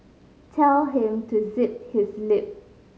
tell him to zip his lip